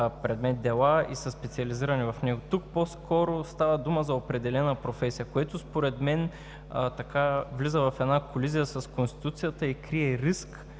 предмет дела и са специализирани в него. Тук по-скоро става дума за определена професия, което според мен, влиза в колизия с Конституцията и крие риск